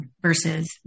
versus